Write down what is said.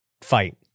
fight